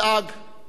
כל החבורה".